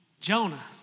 Jonah